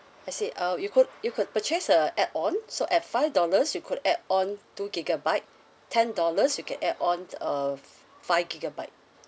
I see uh you could you could purchase a add on so at five dollars you could add on two gigabyte ten dollars you can add on uh f~ five gigabyte